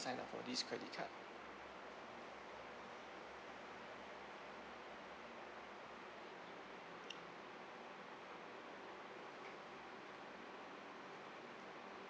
sign up for this credit card